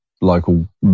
local